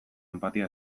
enpatia